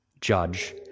judge